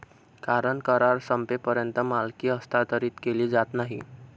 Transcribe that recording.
कारण करार संपेपर्यंत मालकी हस्तांतरित केली जात नाही